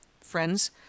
friends